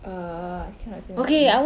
err I cannot